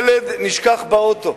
ילד נשכח באוטו,